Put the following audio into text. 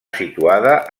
situada